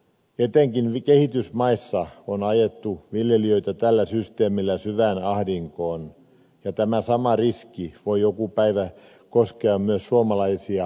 etenkin kehitysmaissa on ajettu viljelijöitä tällä systeemillä syvään ahdinkoon ja tämä sama riski voi joku päivä koskea myös suomalaisia maanviljelijöitä